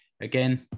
again